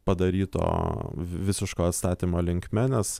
padaryto visiško atstatymo linkme nes